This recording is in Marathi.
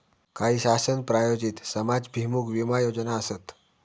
काही शासन प्रायोजित समाजाभिमुख विमा योजना आसत